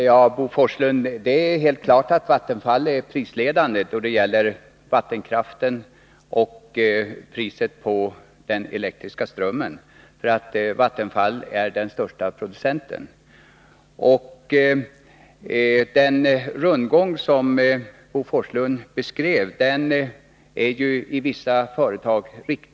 Herr talman! Det är, Bo Forslund, helt klart att Vattenfall är prisledande då det gäller vattenkraften och priset på den elektriska strömmen. Vattenfall är ju den största producenten. Den rundgång som Bo Forslund beskrev är riktig när det gäller vissa företag.